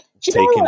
Taking